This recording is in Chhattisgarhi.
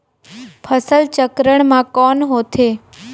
फसल चक्रण मा कौन होथे?